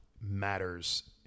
matters